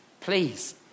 please